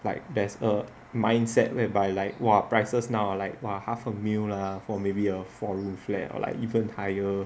like there's a mindset whereby like !wah! prices now like !wah! half a mil~ lah for maybe a four room flat or like even higher